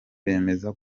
bemeza